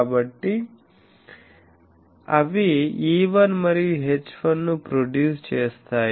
కాబట్టిఅవి E1 మరియు H1 ను produce చేస్తాయి